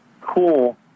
cool